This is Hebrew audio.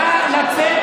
נא לצאת.